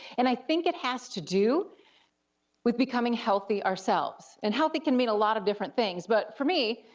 and i think it has to do with becoming healthy ourselves, and healthy can mean a lot of different things, but for me,